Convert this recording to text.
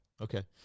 Okay